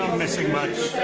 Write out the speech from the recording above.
missing much.